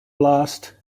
blast